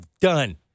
done